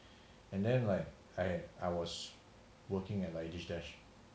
and then like I I was working at my dish dash